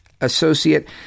associate